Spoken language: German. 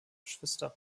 geschwister